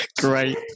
Great